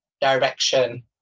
direction